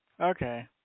Okay